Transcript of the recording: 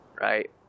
right